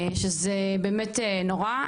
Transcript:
שזה באמת נורא.